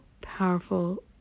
powerful